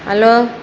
hello